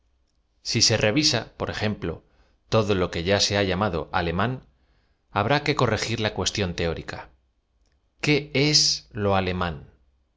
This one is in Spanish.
si se revisa por ejemplo todo lo q e y a se ha llamado alemán habrá que corregir la cuestión teórica qué es lo alemán